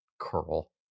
curl